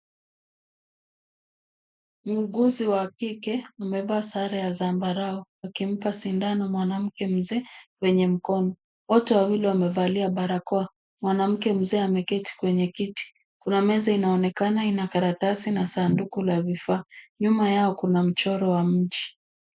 Muuguzi wa kike. Amevaa sare ya zambarau akimpa sindano mwanamke mzee kwenye mkono. Wote wawili wamevalia barakoa. Mwanamke mzee ameketi kwenye kiti. Kuna meza inaonekana ina karatasi na sanduku la vifaa. Nyuma yao kuna mchoro wa mji.